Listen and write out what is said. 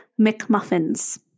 McMuffins